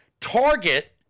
target